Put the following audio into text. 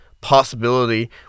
possibility